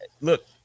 look